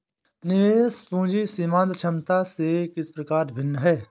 निवेश पूंजी सीमांत क्षमता से किस प्रकार भिन्न है?